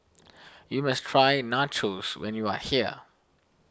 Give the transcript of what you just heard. you must try Nachos when you are here